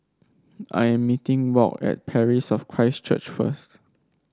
I am meeting Walt at Parish of Christ Church first